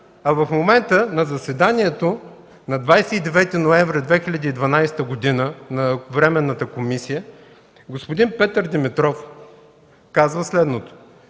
В момента – на заседанието от 29 ноември 2012 г. на Временната комисия, господин Петър Димитров казва следното: